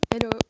Hello